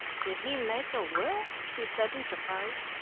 did he make a will? he said in surprise.